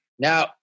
Now